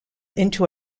into